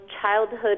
childhood